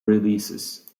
releases